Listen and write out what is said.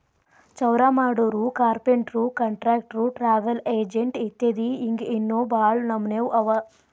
ಚೌರಾಮಾಡೊರು, ಕಾರ್ಪೆನ್ಟ್ರು, ಕಾನ್ಟ್ರಕ್ಟ್ರು, ಟ್ರಾವಲ್ ಎಜೆನ್ಟ್ ಇತ್ಯದಿ ಹಿಂಗ್ ಇನ್ನೋ ಭಾಳ್ ನಮ್ನೇವ್ ಅವ